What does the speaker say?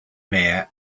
mayor